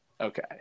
Okay